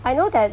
I know that